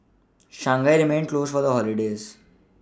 Shanghai remained closed for the holidays